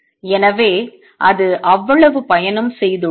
எனவே அது அவ்வளவு பயணம் செய்துள்ளது